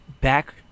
back